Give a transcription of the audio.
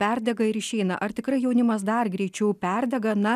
perdega ir išeina ar tikrai jaunimas dar greičiau perdega na